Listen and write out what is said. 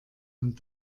und